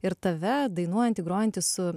ir tave dainuojantį grojantį su